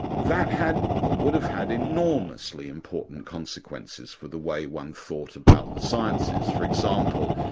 that had, or would have had, enormously important consequences for the way one thought about the sciences. for example,